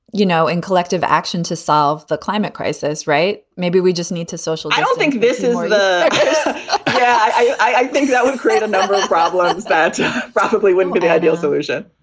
you know, and collective action to solve the climate crisis. right. maybe we just need to social i don't think this is the i think that will create a number of problems that probably wouldn't be the ideal solution.